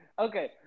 Okay